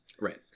right